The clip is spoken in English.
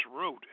wrote